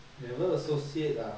never associate ah